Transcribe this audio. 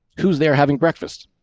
who is they're having breakfast,